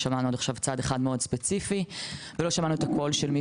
שמענו עד עכשיו צד אחד מאוד ספציפי ולא שמענו את הקול של מי